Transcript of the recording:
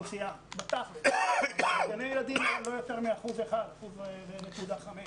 בגני הילדים היה לא יותר מאחוז אחד, 1.5 אחוז.